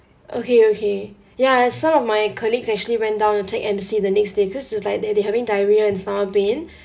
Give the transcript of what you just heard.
okay okay ya some of my colleagues actually went down and take M_C the next day cause it's like that they having diarrhoea and stomach pain